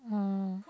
mm